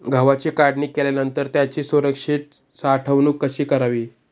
गव्हाची काढणी केल्यानंतर त्याची सुरक्षित साठवणूक कशी करावी?